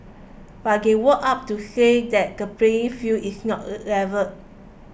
but they woke up to say that the playing field is not level